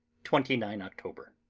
twenty nine october.